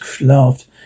laughed